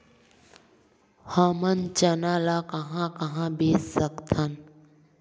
हमन चना ल कहां कहा बेच सकथन?